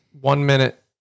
one-minute